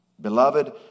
Beloved